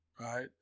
right